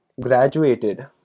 graduated